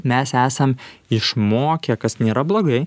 mes esam išmokę kas nėra blogai